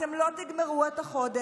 אתם לא תגמרו את החודש.